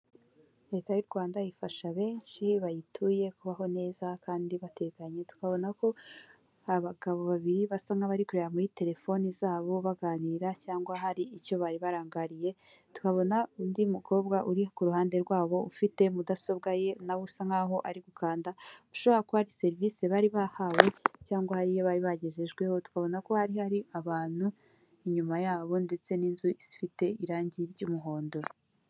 Leta y'u Rwanda ifasha benshi bayituye kubaho neza kandi batekanye, tukabona ko abagabo babiri basa nk'abari kureba muri telefoni zabo baganira cyangwa hari icyo bari barangariye, tukabona undi mukobwa uri ku ruhande rwabo ufite mudasobwa ye na usa nkaho ari gukanda ushobora kuba ari serivisi bari bahawe cyangwa hari iyo bari bagejejweho, tukabona ko hari hari abantu inyuma yabo ndetse n'inzu ifite irangi ry'umuhondo.